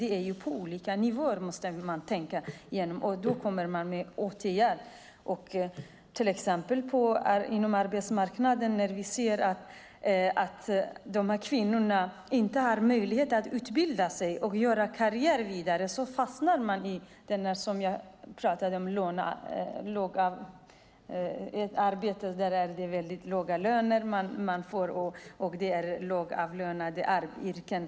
Man måste tänka på olika nivåer och komma med åtgärder. Det gäller till exempel på arbetsmarknaden, där vi ser att dessa kvinnor inte har möjlighet att utbilda sig och göra vidare karriär. De fastnar i det jag pratade om, arbeten där det är väldigt låga löner. Det är lågavlönade yrken.